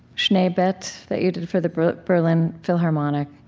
schneebett, that you did for the berlin berlin philharmonic,